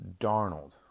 Darnold